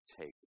take